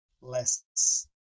less